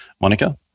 Monica